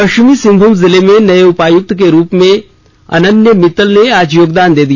पश्चिमी सिंहभूम जिले में नए उपायुक्त के रूप में अनन्य मित्तल ने आज योगदान दे दिया